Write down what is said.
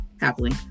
Happily